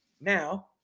Now